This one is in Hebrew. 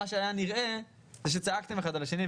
מה שהיה נראה זה פשוט שצעקתם אחד על השני,